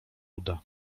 uda